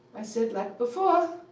i said, like before,